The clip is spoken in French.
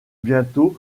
bientôt